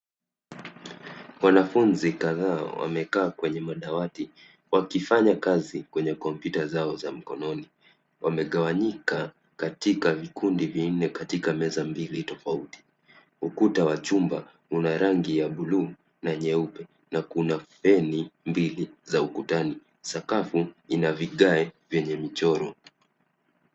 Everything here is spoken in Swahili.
Wanafunzi kadhaa wamekaa kwenye madawati wakifanya kazi kwenye kompyuta zao za mkononi. Wamegawanyika katika vikundi vinne katika meza mbili tofauti. Ukuta wa chumba una rangi ya bluu na nyeupe na kuna feni mbili za ukutani. Sakafu ina vigae vyenye michoro.